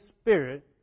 Spirit